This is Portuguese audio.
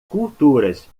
culturas